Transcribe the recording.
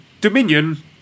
Dominion